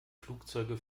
flugzeuge